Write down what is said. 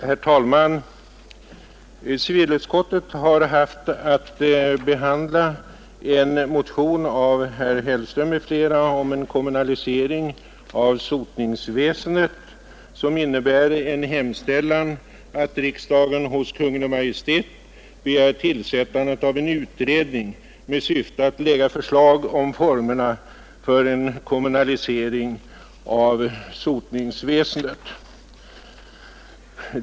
Herr talman! Civilutskottet har haft att behandla en motion av herr Hellström m.fl. om kommunalisering av sotningsväsendet, innebärande en hemställan att riksdagen ”hos Kungl. Maj:t begär tillsättande av en utredning med syfte att lägga förslag om formerna för en kommunalisering av sotningsväsendet”.